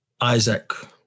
Isaac